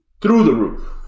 through-the-roof